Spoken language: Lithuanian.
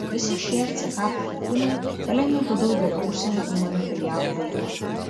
visi šie ck pakeitimai palengvintų daugelio užsienio įmonių filialų veiklą